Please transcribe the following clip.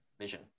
Vision